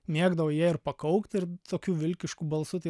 mėgdavo jie ir pakaukt ir tokiu vilkišku balsu tai